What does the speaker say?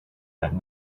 that